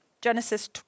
Genesis